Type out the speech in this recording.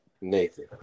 Nathan